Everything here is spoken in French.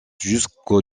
jusque